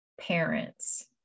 parents